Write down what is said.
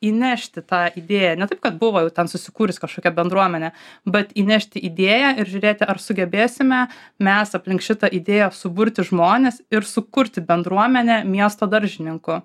įnešti tą idėją ne taip kad buvo jau ten susikūrusi kažkokia bendruomenė bet įnešti idėją ir žiūrėti ar sugebėsime mes aplink šitą idėją suburti žmones ir sukurti bendruomenę miesto daržininkų